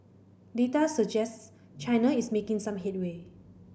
data suggests China is making some headway